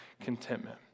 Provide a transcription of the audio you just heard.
contentment